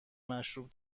مشروب